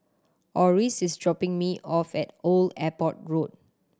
Orris is dropping me off at Old Airport Road